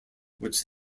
which